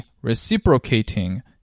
reciprocating